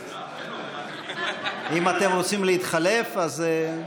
אם אתם רוצים להתחלף אז,